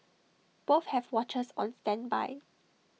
both have watchers on standby